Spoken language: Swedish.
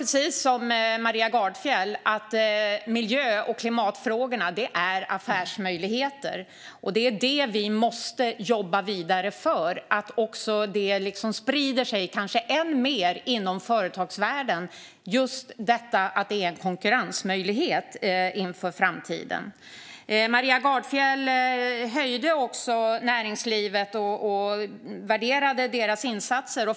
Precis som Maria Gardfjell tror jag att miljö och klimatfrågorna är affärsmöjligheter. Det är det vi måste jobba vidare för, alltså att det sprider sig än mer inom företagsvärlden att detta är en konkurrensmöjlighet inför framtiden. Maria Gardfjell höjde också näringslivet och värderade deras insatser.